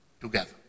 together